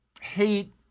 Hate